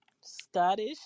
scottish